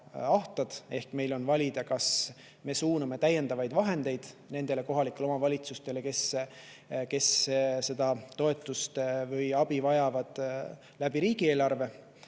Meil on valida, kas me suuname täiendavaid vahendeid nendele kohalikele omavalitsustele, kes toetust või abi vajavad, riigieelarvest,